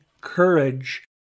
courage